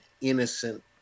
innocent